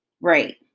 Right